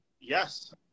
Yes